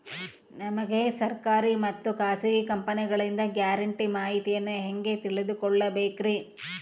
ನಮಗೆ ಸರ್ಕಾರಿ ಮತ್ತು ಖಾಸಗಿ ಕಂಪನಿಗಳಿಂದ ಗ್ಯಾರಂಟಿ ಮಾಹಿತಿಯನ್ನು ಹೆಂಗೆ ತಿಳಿದುಕೊಳ್ಳಬೇಕ್ರಿ?